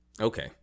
Okay